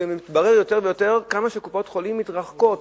ומתברר יותר ויותר כמה שקופות-חולים מתרחקות